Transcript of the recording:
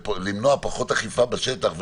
פחות אכיפה בשטח,